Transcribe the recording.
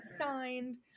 signed